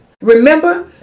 Remember